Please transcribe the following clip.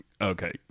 okay